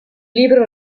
libro